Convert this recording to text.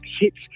hits